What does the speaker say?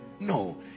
No